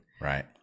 Right